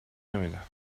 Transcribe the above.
نمیدم